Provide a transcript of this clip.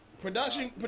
production